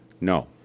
No